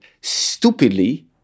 stupidly